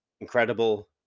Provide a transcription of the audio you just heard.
incredible